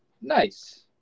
Nice